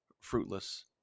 fruitless